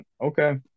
okay